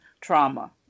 trauma